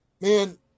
man